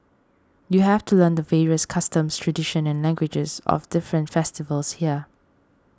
you have to learn the various customs tradition and languages of different festivals here